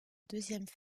deuxième